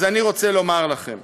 אז אני רוצה לומר לכם: